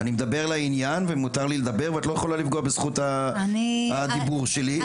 אני מדבר לעניין ומותר לי לדבר ואת לא יכולה לפגוע בזכות הדיבור שלי.